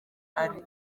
ari